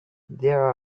there